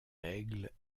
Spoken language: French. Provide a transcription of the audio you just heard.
aigle